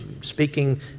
speaking